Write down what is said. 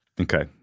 Okay